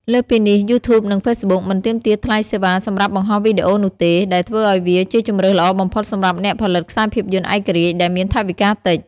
លើសពីនេះ យូធូបនិងហ្វេសប៊ុកមិនទាមទារថ្លៃសេវាសម្រាប់បង្ហោះវីដេអូនោះទេ ដែលធ្វើឲ្យវាជាជម្រើសល្អបំផុតសម្រាប់អ្នកផលិតខ្សែភាពយន្តឯករាជ្យដែលមានថវិកាតិច។